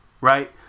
right